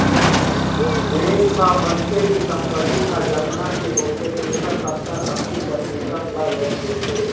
bank ह मनखे के संपत्ति ह जतना के होथे तेखर सत्तर, अस्सी परतिसत ल लोन देथे